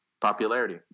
popularity